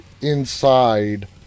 inside